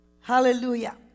Hallelujah